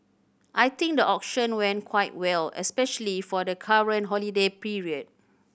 I think the auction went quite well especially for the current holiday period